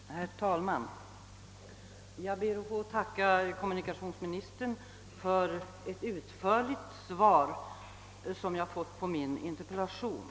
Herr talman! Jag tackar kommunikationsministern för det utförliga svar jag fått på min interpellation.